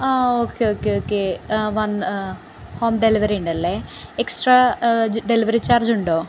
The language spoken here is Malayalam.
okay okay okay home delivery ഉണ്ടല്ലേ എക്സ്ട്രാ ഡെലിവറി ചാർജ് ഉണ്ടോ